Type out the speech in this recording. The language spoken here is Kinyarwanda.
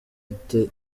ite